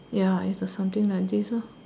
ya it's the something like this lor